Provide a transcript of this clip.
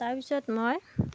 তাৰপিছত মই